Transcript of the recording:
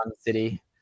city